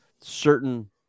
certain